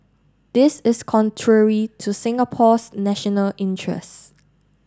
this is contrary to Singapore's national interests